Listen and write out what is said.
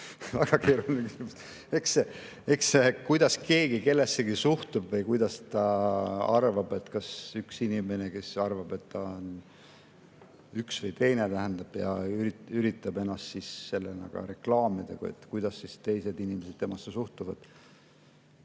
Eks see, kuidas keegi kellessegi suhtub või kui üks inimene, kes arvab, et ta on üks või teine, üritab ennast sellena ka reklaamida, kuidas siis teised inimesed temasse suhtuvad